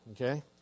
Okay